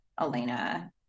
Elena